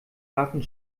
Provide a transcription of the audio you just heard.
warfen